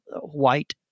white